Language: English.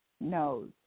knows